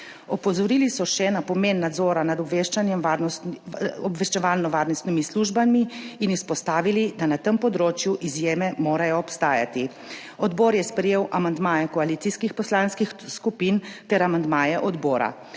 Opozorili so še na pomen nadzora nad obveščevalno-varnostnimi službami in izpostavili, da na tem področju izjeme morajo obstajati. Odbor je sprejel amandmaje koalicijskih poslanskih skupin ter amandmaje odbora.